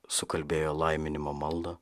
sukalbėjo laiminimo maldą